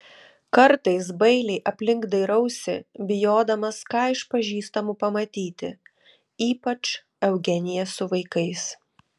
kartais bailiai aplink dairiausi bijodamas ką iš pažįstamų pamatyti ypač eugeniją su vaikais